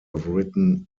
written